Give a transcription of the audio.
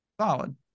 solid